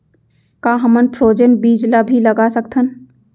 का हमन फ्रोजेन बीज ला भी लगा सकथन?